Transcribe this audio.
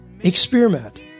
experiment